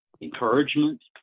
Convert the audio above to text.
encouragement